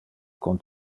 con